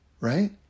right